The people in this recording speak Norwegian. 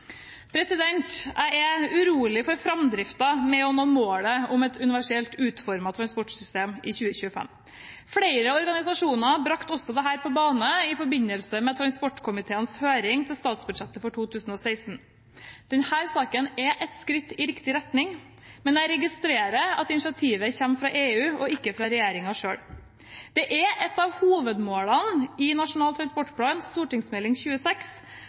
å nå målet om et universelt utformet transportsystem i 2025. Flere organisasjoner brakte også dette på banen i forbindelse med transportkomiteens høring om statsbudsjettet for 2016. Denne saken er et skritt i riktig retning, men jeg registrer at initiativet kommer fra EU og ikke fra regjeringen selv. Det er ett av hovedmålene i Nasjonal transportplan, Meld. St. 26